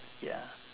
ya